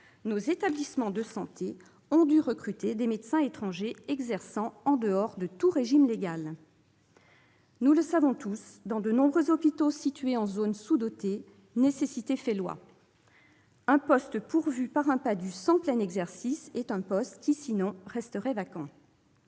nos établissements de santé ont dû recruter des médecins étrangers exerçant en dehors de tout régime légal. Nous le savons tous, dans de nombreux hôpitaux situés en zone sous-dotée, nécessité fait loi : un poste pourvu par un PADHUE sans plein exercice est un poste qui, sinon, resterait vacant.